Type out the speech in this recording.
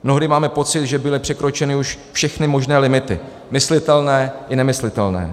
Mnohdy máme pocit, že byly překročeny už všechny možné limity, myslitelné i nemyslitelné.